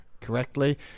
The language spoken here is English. correctly